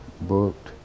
booked